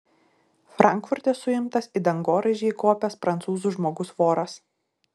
frankfurte suimtas į dangoraižį įkopęs prancūzų žmogus voras